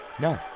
No